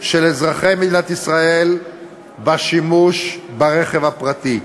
של אזרחי מדינת ישראל בשימוש ברכב הפרטי.